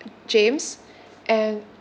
james and